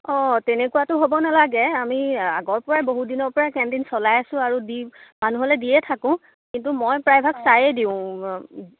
অ' তেনেকুৱাতো হ'ব নালাগে আমি আগৰ পৰাই বহু দিনৰ পৰাই কেণ্টিন চলাই আছোঁ আৰু দি মানুহলৈ দিয়ে থাকোঁ কিন্তু মই প্ৰায় ভাগ চায়ে দিওঁ